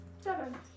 Seven